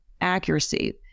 accuracy